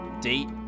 Date